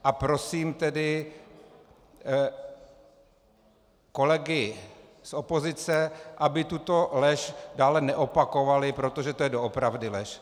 A prosím tedy kolegy z opozice, aby tuto lež dále neopakovali, protože je to doopravdy lež.